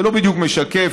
זה לא בדיוק משקף,